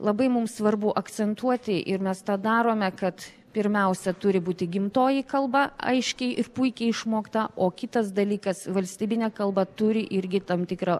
labai mums svarbu akcentuoti ir mes tą darome kad pirmiausia turi būti gimtoji kalba aiškiai ir puikiai išmokta o kitas dalykas valstybinė kalba turi irgi tam tikrą